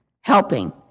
helping